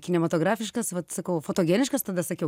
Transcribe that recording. kinematografiškas vat sakau fotogeniškas tada sakiau